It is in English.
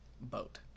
boat